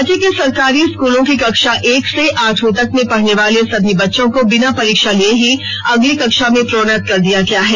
राज्य के सरकारी स्कूलों की कक्षा एक से आठवीं तक में पढ़ने वाले सभी बच्चों को बिना परीक्षा लिये ही अगली कक्षा में प्रोन्नत कर दिया गया है